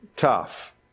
tough